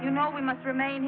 you know we must remain